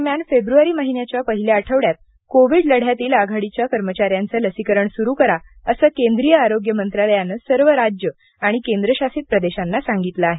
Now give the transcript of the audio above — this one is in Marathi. दरम्यान फेब्रुवारी महिन्याच्या पहिल्या आठवड्यात कोविड लढ्यातील आघाडीच्या कर्मचाऱ्यांचे लसीकरण सुरू करा असे केंद्रिय आरोग्य मंत्रालयाने सर्व राज्ये आणि केंद्रशासित प्रदेशांना सांगितले आहे